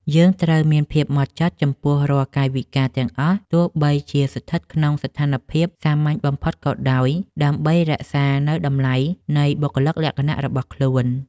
យើងត្រូវមានភាពហ្មត់ចត់ចំពោះរាល់កាយវិការទាំងអស់ទោះបីជាស្ថិតក្នុងស្ថានភាពសាមញ្ញបំផុតក៏ដោយ ដើម្បី រក្សានូវតម្លៃនៃបុគ្គលិកលក្ខណៈរបស់ខ្លួន។